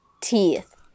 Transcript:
teeth